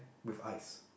with ice